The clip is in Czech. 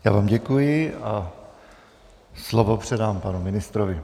Já vám děkuji a slovo předám panu ministrovi.